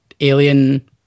alien